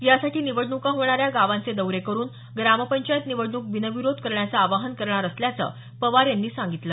यासाठी निवडणूका होणाऱ्या गावांचे दौरे करून ग्रामपंचायत निवडणूक बिनविरोध करण्याचं आवाहन करणार असल्याचं पवार यांनी सांगितलं